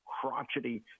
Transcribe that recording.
crotchety